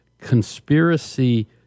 conspiracy